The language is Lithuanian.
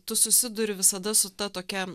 tu susiduri visada su ta tokia